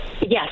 Yes